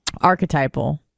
Archetypal